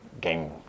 game